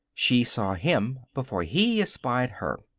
she saw him before he espied her.